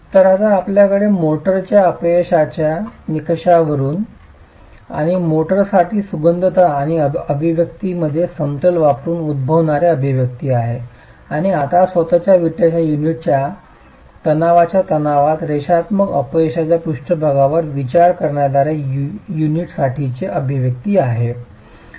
तर आता आपल्याकडे मोर्टारच्या अपयशाच्या निकषावरुन आणि मोर्टारसाठी सुसंगतता आणि अभिव्यक्तीमध्ये समतोल वापरुन उद्भवणारे अभिव्यक्ती आहे आणि आता स्वतःच विटाच्या युनिटच्या तणावाच्या तणावात रेषात्मक अपयशाच्या पृष्ठभागावर विचार करण्याद्वारे युनिटसाठीचे अभिव्यक्ती आहे